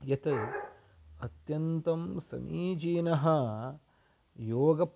यत् अत्यन्तं समीचीनः योगः